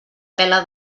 pela